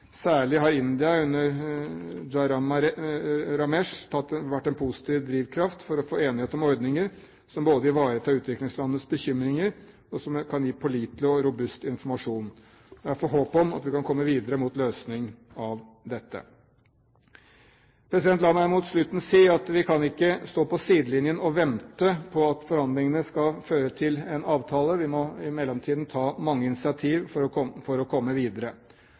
Særlig har India under Jairam Ramesh vært en positiv drivkraft for å få enighet om ordninger som både ivaretar utviklingslandenes bekymringer, og som kan gi pålitelig og robust informasjon. Det er derfor håp om at vi kan komme videre mot løsning av dette. La meg mot slutten si at vi ikke kan stå på sidelinjen og vente på at forhandlingene skal føre til en avtale. Vi må i mellomtiden ta mange initiativ for å